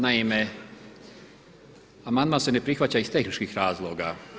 Naime, amandman se ne prihvaća iz tehničkih razloga.